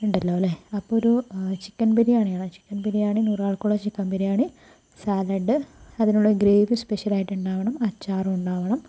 ഉണ്ടല്ലോ അല്ലേ അപ്പോൾ ഒരു ചിക്കൻ ബിരിയാണി ആണ് ചിക്കൻ ബിരിയാണി നൂറാൾക്കുള്ള ചിക്കൻ ബിരിയാണി സാലഡ് അതിനുള്ള ഗ്രേവി സ്പെഷ്യലായിട്ടുണ്ടാവണം അച്ചാറും ഉണ്ടാവണം